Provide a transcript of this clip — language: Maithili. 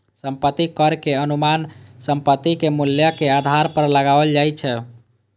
संपत्ति कर के अनुमान संपत्ति के मूल्य के आधार पर लगाओल जाइ छै